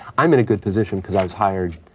i'm in a good position because i was hired,